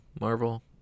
Marvel